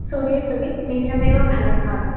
सूर्ये सति नीचमेव फलं भवति